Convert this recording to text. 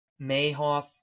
Mayhoff